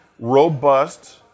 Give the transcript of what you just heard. robust